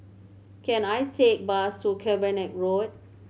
can I take a bus to Cavenagh Road